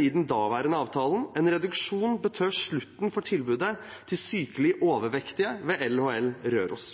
i den daværende avtalen. En reduksjon betød slutten for tilbudet til sykelig overvektige ved LHL-klinikkene Røros.